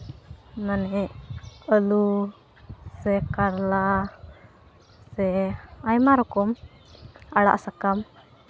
ᱢᱟᱱᱮ ᱟᱹᱞᱩ ᱥᱮ ᱠᱟᱨᱞᱟ ᱥᱮ ᱟᱭᱢᱟ ᱨᱚᱠᱚᱢ ᱟᱲᱟᱜ ᱥᱟᱠᱟᱢ